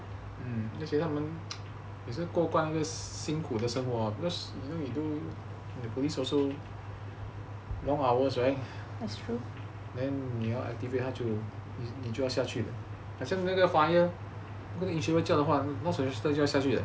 而且他们都关了很辛苦的生活 because you know the police also long hours right then 你要 activate 他就下去的好像那个 fire 那个 insurance 叫的话 register 就要下去了